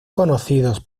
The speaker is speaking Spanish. conocidos